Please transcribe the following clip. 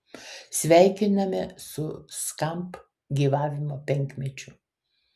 sveikiname su skamp gyvavimo penkmečiu